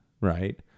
Right